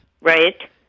Right